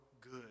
good